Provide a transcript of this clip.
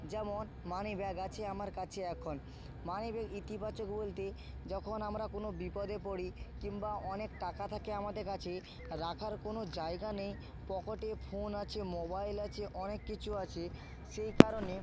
যেমন money bag আছে আমার কাছে এখন মানি ব্যাগ ইতিবাচক বলতে যখন আমরা কোনো বিপদে পড়ি কিম্বা অনেক টাকা থাকে আমাদের কাছে রাখার কোনো জায়গা নেই পকেটে ফোন আছে মোবাইল আছে অনেক কিছু আছে সেই কারণে